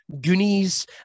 Goonies